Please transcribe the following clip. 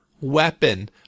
weapon